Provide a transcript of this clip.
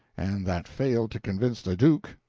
and that failed to convince a duke,